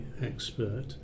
expert